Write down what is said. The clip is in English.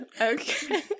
okay